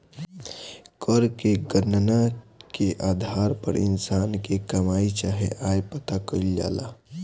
कर के गणना के आधार पर इंसान के कमाई चाहे आय पता कईल जाला